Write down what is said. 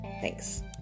Thanks